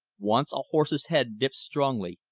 once a horse's head dips strongly,